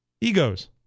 Egos